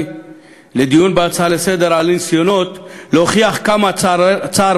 לדיון בהצעה לסדר-היום בניסיונות להוכיח כמה צער